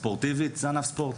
ספורטיבית זהו ענף ספורט.